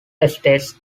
estates